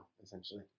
essentially